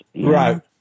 Right